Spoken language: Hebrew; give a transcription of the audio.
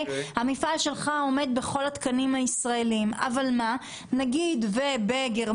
המפעל שלך עומד בכל התקנים הישראליים אבל נגיד ובגרמניה